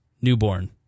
Newborn